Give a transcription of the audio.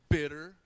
bitter